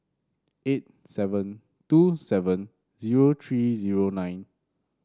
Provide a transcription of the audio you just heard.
eight seven two seven zero three zero nine